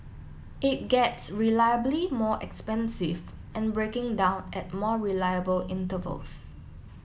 it gets reliably more expensive and breaking down at more reliable intervals